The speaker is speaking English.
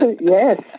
Yes